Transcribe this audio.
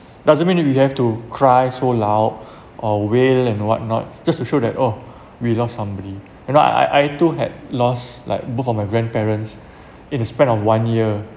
doesn't mean you you have to cry so loud or wail and what not just to show that oh we lost somebody you know I I I too had lost like both of my grandparents in a span of one year